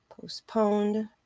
Postponed